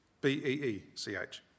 B-E-E-C-H